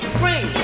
sing